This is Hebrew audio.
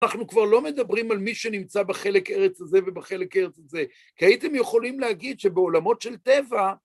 אנחנו כבר לא מדברים על מי שנמצא בחלק ארץ הזה ובחלק ארץ הזה, כי הייתם יכולים להגיד שבעולמות של טבע,